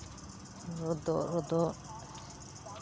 ᱨᱚᱫᱚᱜ ᱨᱚᱫᱚᱜ